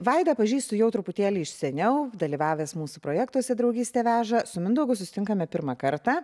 vaidą pažįstu jau truputėlį iš seniau dalyvavęs mūsų projektuose draugystė veža su mindaugu susitinkame pirmą kartą